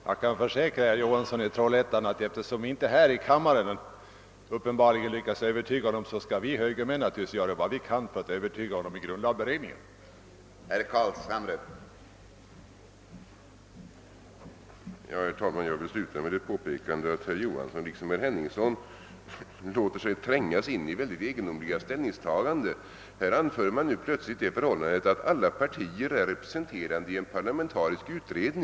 Jag kan försäkra herr Johansson i Trollhättan att eftersom vi uppenbarligen inte lyckas övertyga ho Åtgärder för att fördjupa och stärka det svenska folkstyret nom här i kammaren, så skall vi högermän i grundlagberedningen naturligtvis göra vad vi kan för att övertyga honom där.